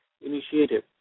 Initiative